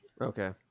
Okay